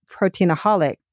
Proteinaholic